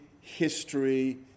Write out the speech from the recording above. history